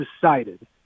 decided